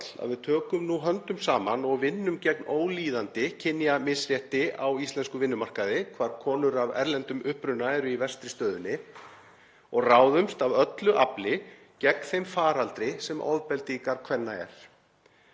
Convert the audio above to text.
að við tökum nú höndum saman og vinnum gegn ólíðandi kynjamisrétti á íslenskum vinnumarkaði, þar sem konur af erlendum uppruna eru í verstu stöðunni, og ráðumst af öllu afli gegn þeim faraldri sem ofbeldi í garð kvenna er.